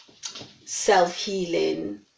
self-healing